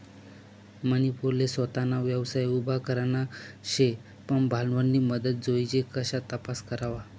मनी पोरले सोताना व्यवसाय उभा करना शे पन भांडवलनी मदत जोइजे कशा तपास करवा?